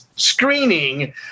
screening